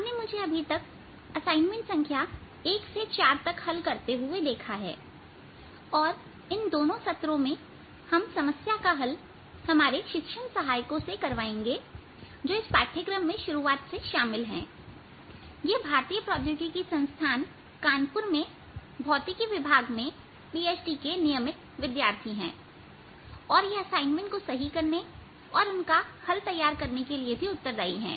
आपने मुझे अभी तक असाइनमेंट संख्या 1 से 4 तक हल करते हुए देखा है और इन 2 सत्र में हम समस्या का हल हमारे शिक्षण सहायकों से करवाएंगे जो इस पाठ्यक्रम में शुरुआत से शामिल हैं यह भारतीय प्रौद्योगिकी संस्थान कानपुर में भौतिकी विभाग में पीएचडी के नियमित छात्र हैं और यह असाइनमेंट्स को सही करने और उनका हल तैयार करने के तैयार करने के उत्तरदायी हैं